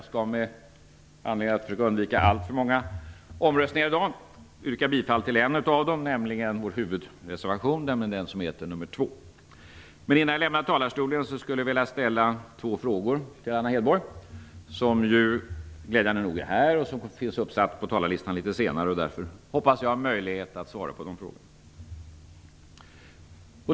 För att undvika alltför många omröstningar i dag yrkar jag bifall till bara en av reservationerna, nämligen till vår huvudreservation, reservation nr 2. Innan jag lämnar talarstolen vill jag ställa två frågor till Anna Hedborg som glädjande nog är här och som finns uppsatt litet längre ner på talarlistan. Jag hoppas därför att hon har möjlighet att svara på mina frågor.